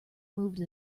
moved